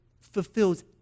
fulfills